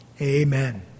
Amen